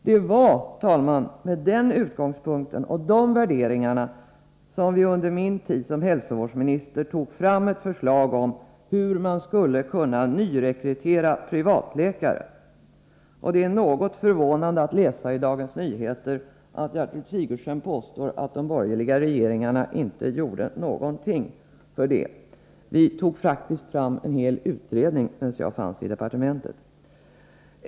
Det var, herr talman, med den utgångspunkten och de värderingarna som vi under min tid som hälsovårdsminister tog fram ett förslag om hur man skulle kunna nyrekrytera privatläkare. Det är något förvånande att läsa i Dagens Nyheter att Gertrud Sigurdsen påstår att de borgerliga regeringarna inte gjorde någonting för det — vi tog faktiskt fram en hel utredning när jag fanns i departementet.